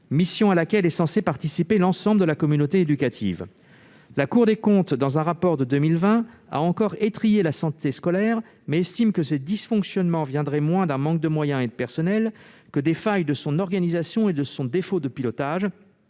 mission à laquelle est censée participer l'ensemble de la communauté éducative. La Cour des comptes, dans un rapport de 2020, a encore étrillé la santé scolaire, mais elle estime que ses dysfonctionnements tiendraient moins à un manque de moyens et de personnel qu'aux « failles de son organisation et à son défaut de pilotage